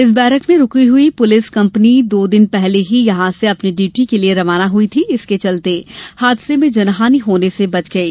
इस बैरक में रुकी हुई पुलिस कंपनी दो दिन पहले ही यहां से अपनी ड्यूटी के लिए रवाना हुई थी इसके चलते हादसे में जनहानि होने से बच गई